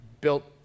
built